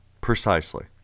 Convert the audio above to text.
Precisely